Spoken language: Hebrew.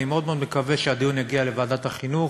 אני מאוד מאוד מקווה שהדיון יגיע לוועדת החינוך,